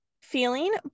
feeling